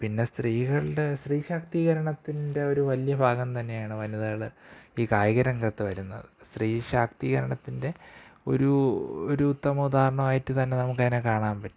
പിന്നെ സ്ത്രീകളുടെ സ്ത്രീ ശാക്തീകരണത്തിന്റെ ഒരു വലിയ ഭാഗം തന്നെയാണ് വനിതകള് ഈ കായികരംഗത്ത് വരുന്നത് സ്ത്രീ ശാക്തീകരണത്തിന്റെ ഒരു ഒരു ഉത്തമ ഉദാഹരണമായിട്ട് തന്നെ നമുക്കതിനെ കാണാന് പറ്റും